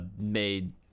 made